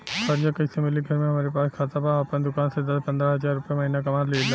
कर्जा कैसे मिली घर में हमरे पास खाता बा आपन दुकानसे दस पंद्रह हज़ार रुपया महीना कमा लीला?